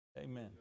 Amen